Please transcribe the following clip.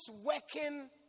working